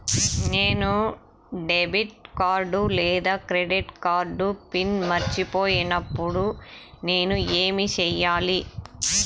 నేను debit card లేదా credit card PIN మర్చిపోయినప్పుడు నేను ఏమి సెయ్యాలి?